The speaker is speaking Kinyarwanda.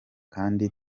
kandi